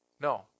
No